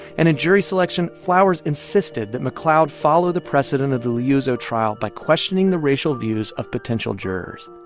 and in jury selection, flowers insisted that mcleod follow the precedent of the liuzzo trial by questioning the racial views of potential jurors.